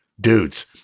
Dudes